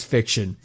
Fiction